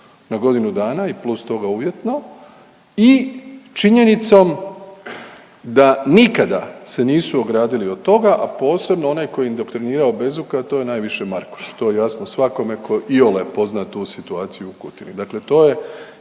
na godinu dana i plus toga uvjetno i činjenicom da nikada se nisu ogradili od toga, a posebno onaj koji je indoktrinirao Bezuka a to je najviše Markuš. To je jasno svakome tko iole pozna tu situaciju u Kutini.